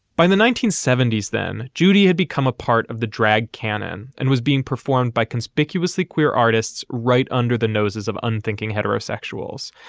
by the nineteen seventy s, then judy had become a part of the drag canon and was being performed by conspicuously queer artists right under the noses of unthinking heterosexuals.